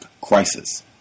crisis